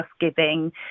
Giving